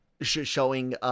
Showing